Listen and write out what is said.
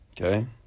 Okay